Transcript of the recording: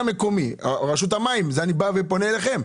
רשות המים, אני פונה אליכם.